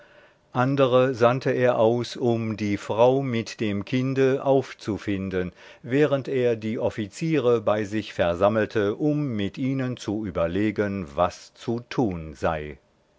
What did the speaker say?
andere sandte er aus um die frau mit dem kinde auf zu finden während er die offiziere bei sich versammelte um mit ihnen zu überlegen was zu tun sei